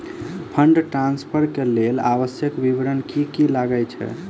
Fund transfer केँ लेल आवश्यक विवरण की की लागै छै?